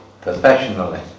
professionally